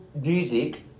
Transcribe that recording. music